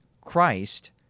Christ